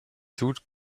tut